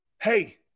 Hey